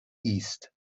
east